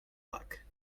luck